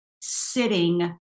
sitting